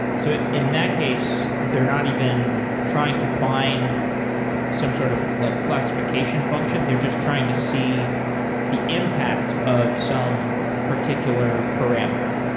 so in that case, they're not even trying to find some sort of like classification function. they're just trying to see the impact of some particular parameter.